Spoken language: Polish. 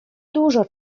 dużo